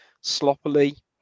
sloppily